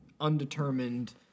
Undetermined